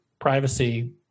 privacy